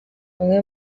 umwe